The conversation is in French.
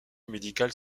médical